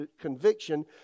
conviction